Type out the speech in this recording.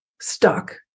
stuck